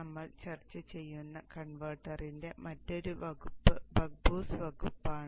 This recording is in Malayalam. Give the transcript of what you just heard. നമ്മൾ ചർച്ച ചെയ്യുന്ന കൺവെർട്ടറിന്റെ മറ്റൊരു വകുപ്പ് ബക്ക് ബൂസ്റ്റ് വകുപ്പാണ്